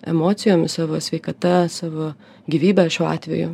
emocijomis savo sveikata savo gyvybe šiuo atveju